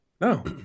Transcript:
No